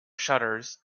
shutters